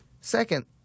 Second